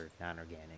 non-organic